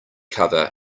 cover